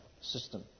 system